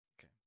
Okay